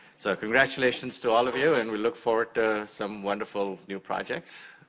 so, congratulations to all of you and we look forward to some wonderful new projects.